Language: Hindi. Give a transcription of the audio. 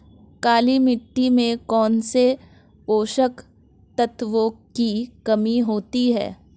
काली मिट्टी में कौनसे पोषक तत्वों की कमी होती है?